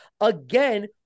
again